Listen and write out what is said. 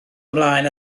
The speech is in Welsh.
ymlaen